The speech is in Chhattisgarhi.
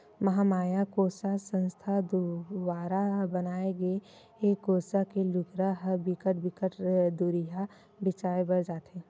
महमाया कोसा संस्था दुवारा बनाए गे कोसा के लुगरा ह बिकट बिकट दुरिहा बेचाय बर जाथे